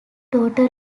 total